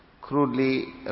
crudely